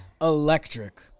electric